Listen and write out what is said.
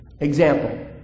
Example